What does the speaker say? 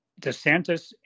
DeSantis